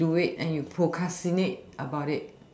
do it and you procrastinate about it